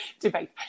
debate